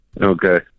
Okay